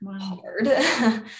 hard